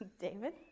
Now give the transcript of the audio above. David